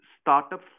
startup